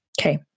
Okay